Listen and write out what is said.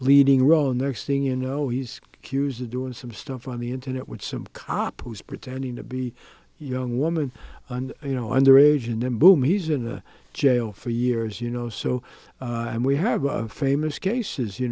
leading role next thing you know he's accused of doing some stuff on the internet which some cop who's pretending to be young woman and you know underage and then boom he's in jail for years you know so we have a famous case is you